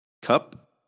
Cup